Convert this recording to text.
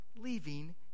leaving